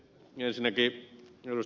ensinnäkin ed